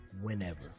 whenever